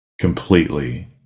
completely